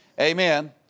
Amen